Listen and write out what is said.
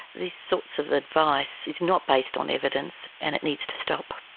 this sorts of advice is not based on evidence and it needs to stop.